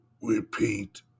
repeat